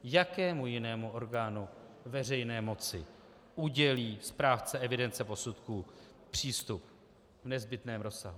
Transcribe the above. Jakému jinému orgánu veřejné moci udělí správce evidence posudků přístup v nezbytném rozsahu?